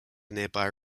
nearby